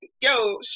Yo